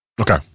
Okay